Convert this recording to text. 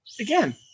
Again